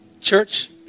Church